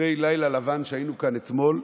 אחרי לילה לבן שבו היינו כאן אתמול,